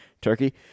Turkey